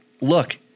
look